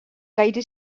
caire